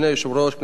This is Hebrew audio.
כנסת נכבדה,